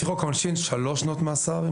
לפי חוק העונשין שנתיים מאסר.